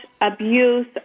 abuse